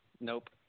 Nope